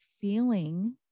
feeling